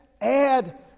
add